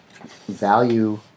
value